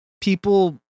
people